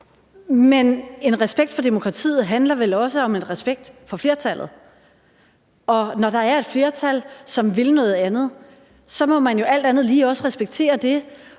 men respekt for demokratiet handler vel også om respekt for flertallet, og når der er et flertal, som vil noget andet, må man jo alt andet lige også respektere det